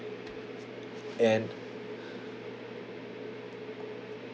and